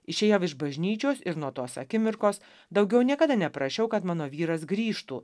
išėjau iš bažnyčios ir nuo tos akimirkos daugiau niekada neprašiau kad mano vyras grįžtų